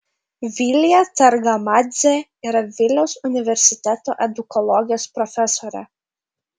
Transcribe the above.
vilija targamadzė yra vilniaus universiteto edukologijos profesorė